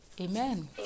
amen